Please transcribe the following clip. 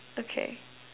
okay